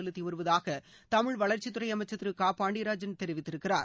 செலுத்தி வருவதாக தமிழ் வளர்ச்சித்துறை அமைச்சர் திரு க பாண்டியராஜன் தெரிவித்திருக்கிறார்